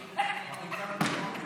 בושה.